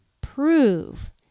prove